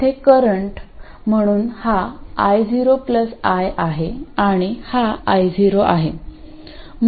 येथे करंट म्हणून हा I0 i आहे आणि हा I0 आहे